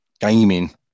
gaming